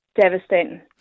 Devastating